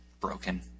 broken